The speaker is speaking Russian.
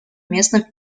местном